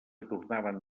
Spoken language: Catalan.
tornaven